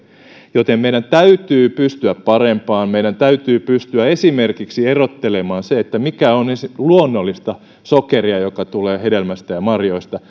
joten meidän täytyy pystyä parempaan meidän täytyy pystyä esimerkiksi erottelemaan se mikä on luonnollista sokeria joka tulee hedelmästä ja marjoista